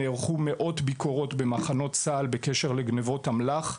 נערכו מאות ביקורות במחנות צה״ל בקשר לגניבות אמל״ח,